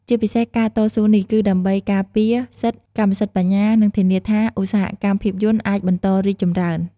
ជាពិសេសការតស៊ូនេះគឺដើម្បីការពារសិទ្ធិកម្មសិទ្ធិបញ្ញា និងធានាថាឧស្សាហកម្មភាពយន្តអាចបន្តរីកចម្រើន។